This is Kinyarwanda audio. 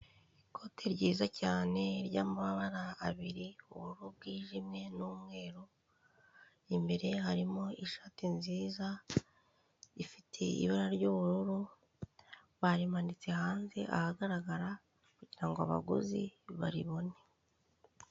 Ikote ryiza cyane ryamabara abiri ubururu bwijimye n'umweru imbere harimo ishati nziza ifite ibara ry'ubururu barimanitse hanze ahagarara kugirango abaguzi baribone.